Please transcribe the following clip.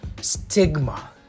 stigma